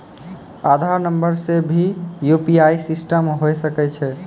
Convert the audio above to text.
आधार नंबर से भी यु.पी.आई सिस्टम होय सकैय छै?